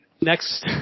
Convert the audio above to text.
next